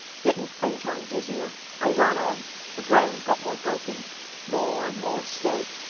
getting fainter and dizzier, i ran on the ground got more broken more and more still,